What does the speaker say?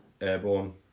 airborne